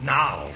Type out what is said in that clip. now